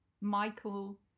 Michael